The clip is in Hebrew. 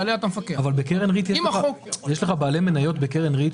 שיגיע למקום קיצוני כזה שישאירו את זה וימכור חדש,